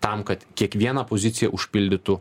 tam kad kiekvieną poziciją užpildytų